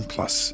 Plus